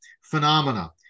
phenomena